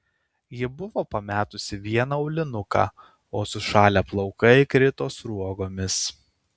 ji buvo pametusi vieną aulinuką o sušalę plaukai krito sruogomis